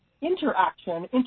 interaction